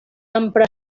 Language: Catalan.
ampra